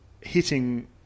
hitting